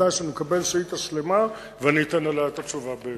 בתנאי שאני אקבל שאילתא שלמה ואני אתן עליה את התשובה בהתאם.